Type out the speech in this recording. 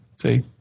See